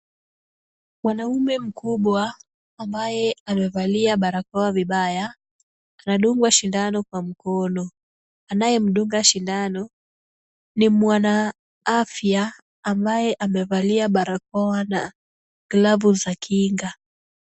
Mwanaume mkubwa ambaye amevalia barakoa vibaya, anadungwa sindano kwa mkono. Anayemdunga sindano ni mwanaafya ambaye amevalia barakoa na glavu za kinga.